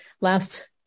last